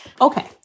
Okay